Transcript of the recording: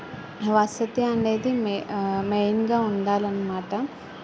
వసతి అనేది మె మెయిన్గా ఉండాలి అనమాట